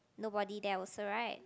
nobody there also right